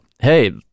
hey